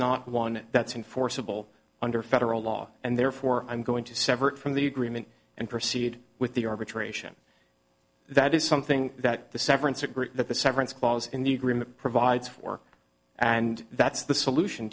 not one that's in forcible under federal law and therefore i'm going to separate from the agreement and proceed with the arbitration that is something that the severance agreed that the severance clause in the agreement provides for and that's the solution